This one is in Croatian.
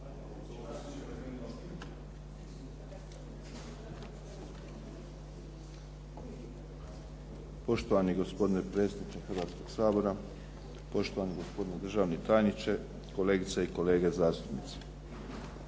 Poštovani gospodine predsjedniče Hrvatskog sabora, poštovani gospodine državni tajniče, kolegice i kolege zastupnici.